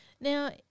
Now